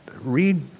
read